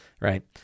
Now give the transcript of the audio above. right